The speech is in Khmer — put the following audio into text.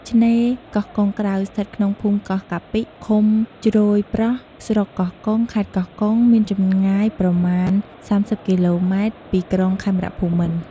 ឆ្នេរកោះកុងក្រៅ ស្ថិតក្នុងភូមិកោះកាពិ ឃុំជ្រោយប្រស់ ស្រុកកោះកុង ខេត្តកោះកុង មានចម្ងាយប្រមាណ៣០គីឡូម៉ែត្រ ពីក្រុងខេមរភូមិន្ទ។